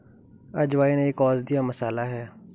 अजवाइन एक औषधीय मसाला है